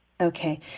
Okay